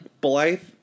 Blythe